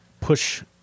push